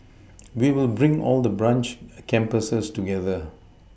we will bring all the branch campuses together